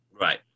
right